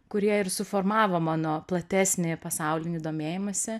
kurie ir suformavo mano platesnį pasaulinį domėjimąsi